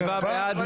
שבעה בעד.